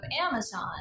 Amazon